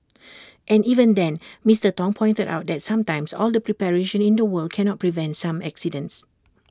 and even then Mister Tong pointed out that sometimes all the preparation in the world cannot prevent some accidents